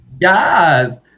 Yes